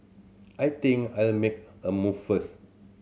I think I'll make a move first